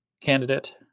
candidate